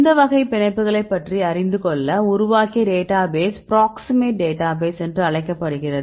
இந்த வகை பிணைப்புகளை பற்றி அறிந்துகொள்ள உருவாக்கிய டேட்டாபேஸ் ப்ராக்ஸிமேட் டேட்டாபேஸ் என்று அழைக்கப்படுகிறது